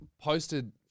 posted